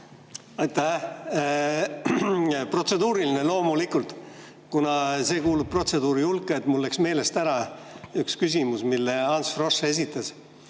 Aitäh! Protseduuriline loomulikult, kuna see kuulub protseduuri hulka, et mul läks meelest ära üks küsimus, mille Ants Frosch esitas.